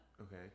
Okay